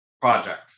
project